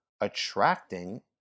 attracting